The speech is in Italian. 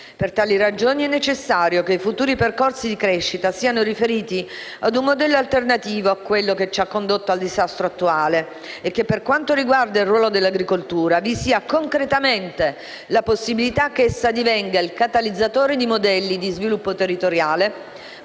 Per tali ragioni, è necessario che i futuri percorsi di crescita siano riferiti ad un modello alternativo a quello che ci ha condotto al disastro attuale e che, per quanto riguarda il ruolo dell'agricoltura, vi sia concretamente la possibilità che essa divenga il catalizzatore di modelli di sviluppo territoriale